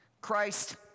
Christ